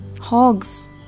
hogs